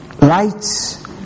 Lights